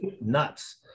nuts